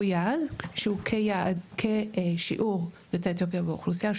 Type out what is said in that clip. יעד שהוא כשיעור יוצרי אתיופיה באוכלוסיה,